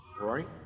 right